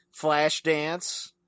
Flashdance